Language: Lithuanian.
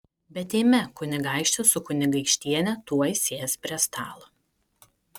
bet eime kunigaikštis su kunigaikštiene tuoj sės prie stalo